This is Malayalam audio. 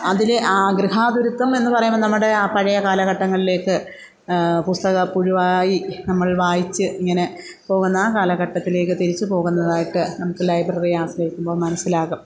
അതിലെ ആ ഗൃഹാതുരത്വം എന്ന് പറയുമ്പം നമ്മുടെ പഴയ കാലഘട്ടങ്ങളിലേക്ക് പുസ്തക പുഴുവായി നമ്മൾ വായിച്ച് ഇങ്ങനെ പോകുന്ന കാലഘട്ടത്തിലേക്ക് തിരിച്ചു പോകുന്നതായിട്ട് നമുക്ക് ലൈബ്രറിയെ ആശ്രയിക്കുമ്പോൾ മനസ്സിലാകും